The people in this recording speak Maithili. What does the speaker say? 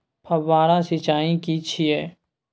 फव्वारा सिंचाई की छिये?